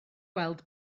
gweld